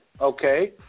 Okay